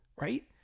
right